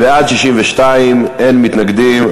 בעד, 62, אין מתנגדים.